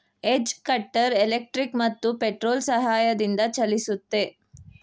edge cutter electric ಮತ್ತು petrol ಸಹಾಯದಿಂದ ಚಲಿಸುತ್ತೆ